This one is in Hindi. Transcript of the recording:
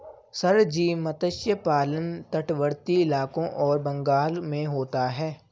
सर जी मत्स्य पालन तटवर्ती इलाकों और बंगाल में होता है